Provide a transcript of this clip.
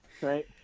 right